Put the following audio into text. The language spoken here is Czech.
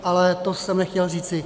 Ale to jsem nechtěl říci.